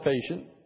patient